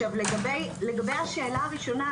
לגבי השאלה הראשונה,